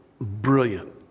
brilliant